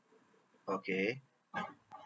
okay